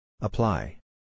Apply